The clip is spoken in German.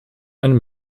ein